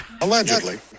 Allegedly